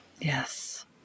yes